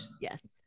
Yes